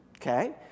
okay